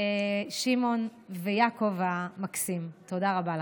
שמעון ויעקב המקסים, תודה רבה לכם.